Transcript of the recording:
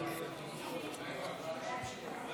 עדיפות בסיוע לתלמידים ששירתו בשירות סדיר או